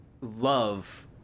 love